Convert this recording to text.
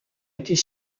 était